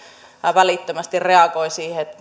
välittömästi reagoi siihen niin että